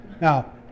now